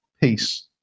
peace